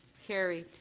carried.